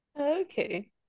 okay